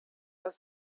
aus